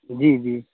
جی جی